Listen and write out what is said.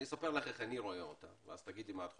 אני אספר לך איך אני רואה אותה ואז תגידי מה את חושבת: